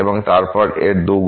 এবং তারপর এর 2 গুণ